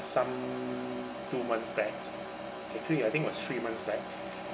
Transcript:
some two months backs actually I think it was three months back